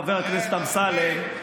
חבר הכנסת אמסלם,